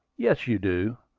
yes, you do.